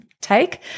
take